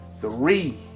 three